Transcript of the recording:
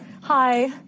Hi